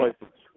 places